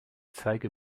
zeige